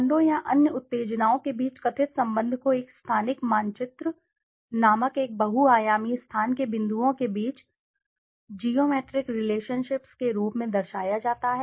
ब्रांडों या अन्य उत्तेजनाओं के बीच कथित संबंध को एक स्थानिक मानचित्र नामक एक बहुआयामी स्थान के बिंदुओं के बीच जियोमेट्रिक रिलेशनशिप्स के रूप में दर्शाया जाता है